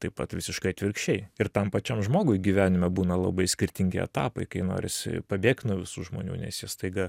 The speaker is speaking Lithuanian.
taip pat visiškai atvirkščiai ir tam pačiam žmogui gyvenime būna labai skirtingi etapai kai norisi pabėgt nuo visų žmonių nes jie staiga